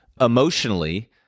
emotionally